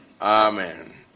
Amen